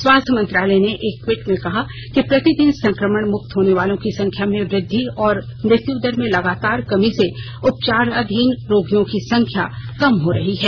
स्वास्थ्य मंत्रालय ने एक टवीट में कहा कि प्रतिदिन संक्रमण मुक्त होने वालों की संख्या में वृद्वि और मृत्य दर में लगातार कमी से उपचाराधीन रोगियों की संख्या कम हो रही है